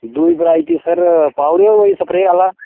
दूई वैरायटी पाई ओड़ेओ कोई स्प्रे आह्ला